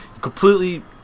completely